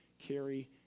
carry